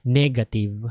negative